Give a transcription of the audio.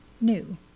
new